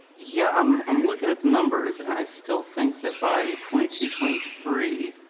yeah, i'm, i'm looking at the numbers and i still think that by twenty two, twenty three,